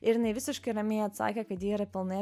ir jinai visiškai ramiai atsakė kad ji yra pilnai